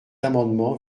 amendement